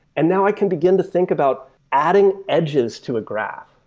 and now i can begin to think about adding edges to a graph,